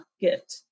get